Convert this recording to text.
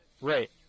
Right